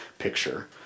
picture